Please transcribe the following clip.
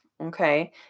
Okay